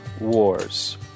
wars